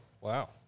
Wow